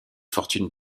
fortunes